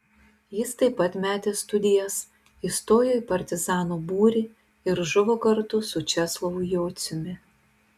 jis taip pat metė studijas įstojo į partizanų būrį ir žuvo kartu su česlovu jociumi